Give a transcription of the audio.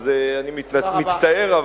אז אני מצטער,